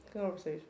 Conversation